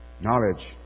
Knowledge